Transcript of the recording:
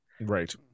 right